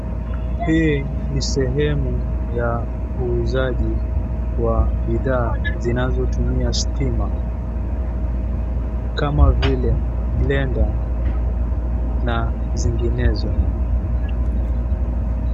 Hii ni sehemu ya uuzaji wa bidhaa zinazotumia stima kama vile blender na zinginezo.